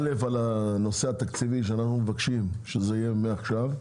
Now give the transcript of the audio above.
א' על הנושא התקציבי שאנחנו מבקשים שזה יהיה מעכשיו,